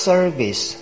Service